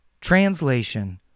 Translation